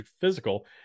physical